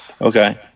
Okay